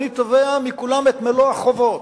אני תובע מכולם את מלוא החובות.